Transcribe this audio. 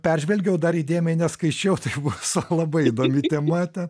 peržvelgiau dar įdėmiai neskaičiau tai bus labai įdomi tema ten